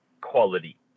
quality